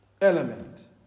element